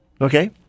Okay